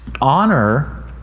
Honor